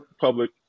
public